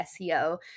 SEO